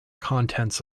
contents